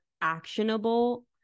actionable